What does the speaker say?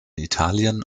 italien